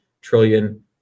trillion